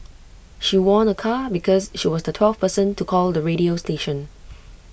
she won A car because she was the twelfth person to call the radio station